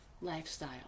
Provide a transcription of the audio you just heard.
lifestyle